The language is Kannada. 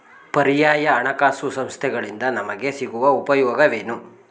ಪರ್ಯಾಯ ಹಣಕಾಸು ಸಂಸ್ಥೆಗಳಿಂದ ನಮಗೆ ಸಿಗುವ ಉಪಯೋಗವೇನು?